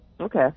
Okay